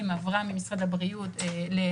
עברה ממשרד הבריאות למשרד לביטחון פנים.